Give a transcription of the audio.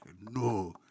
no